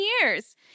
years